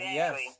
yes